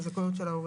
הזכאויות של העובד.